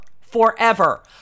forever